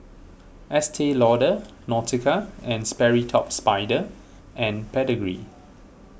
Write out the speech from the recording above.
Estee Lauder Nautica and Sperry Top Sider and Pedigree